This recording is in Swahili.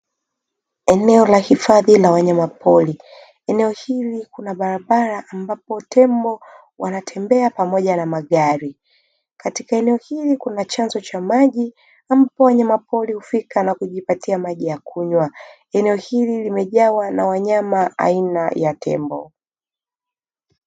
Eneo la hifadhi la wanyamapori. Eneo hili kuna barabara ambapo tembo wanatembea pamoja na magari. Katika eneo hili kuna chanzo cha maji ambapo wanyamapori hufika na kujipatia maji ya kunywa. Eneo hili limejawa na wanyama aina ya tembo.